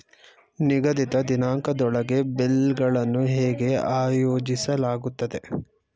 ನಿಗದಿತ ದಿನಾಂಕದೊಳಗೆ ಬಿಲ್ ಗಳನ್ನು ಹೇಗೆ ಆಯೋಜಿಸಲಾಗುತ್ತದೆ?